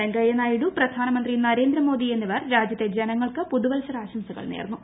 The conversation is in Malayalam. വെങ്കയ്യനായിഡു പ്രധാനമന്ത്രി നരേന്ദ്രമോദി എന്നിവർ രാജ്യത്തെ ജനങ്ങൾക്ക് പുതുവത്സരാംശംസകൾ നേർന്നു